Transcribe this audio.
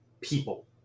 people